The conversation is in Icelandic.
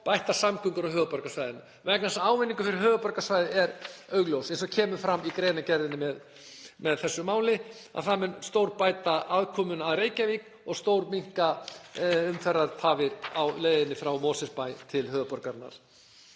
bættar samgöngur á höfuðborgarsvæðinu. Ávinningurinn fyrir höfuðborgarsvæðið er augljós. Eins og kemur fram í greinargerðinni með þessu máli mun það stórbæta aðkomuna að Reykjavík og stórminnka umferðartafir á leiðinni frá Mosfellsbæ til höfuðborgarinnar.